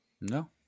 no